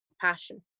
Passion